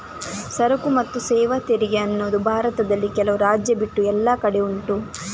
ಸರಕು ಮತ್ತು ಸೇವಾ ತೆರಿಗೆ ಅನ್ನುದು ಭಾರತದಲ್ಲಿ ಕೆಲವು ರಾಜ್ಯ ಬಿಟ್ಟು ಎಲ್ಲ ಕಡೆ ಉಂಟು